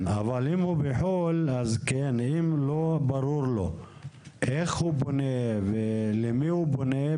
אבל אם הוא בחו"ל ולא ברור לו איך הוא פונה ולמי הוא פונה,